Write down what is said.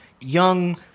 young